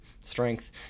strength